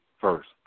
first